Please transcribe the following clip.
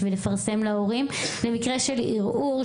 בשביל לפרסם להורים במקרה של ערעור,